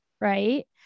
right